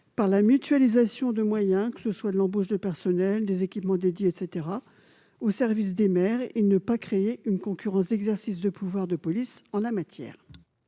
par la mutualisation de moyens- embauche de personnel, équipements dédiés, etc. -, au service des maires, et de ne pas créer une concurrence dans l'exercice des pouvoirs de police en la matière.